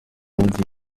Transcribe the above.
die